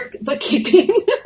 bookkeeping